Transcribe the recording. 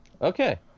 Okay